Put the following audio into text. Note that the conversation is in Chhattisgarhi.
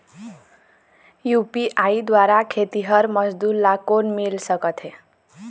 यू.पी.आई द्वारा खेतीहर मजदूर ला लोन मिल सकथे?